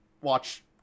watch